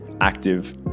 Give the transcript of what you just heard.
active